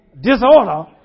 disorder